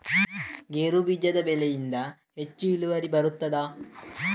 ಗೇರು ಬೀಜದ ಬೆಳೆಯಿಂದ ಹೆಚ್ಚು ಇಳುವರಿ ಬರುತ್ತದಾ?